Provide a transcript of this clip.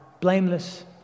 blameless